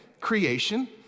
Creation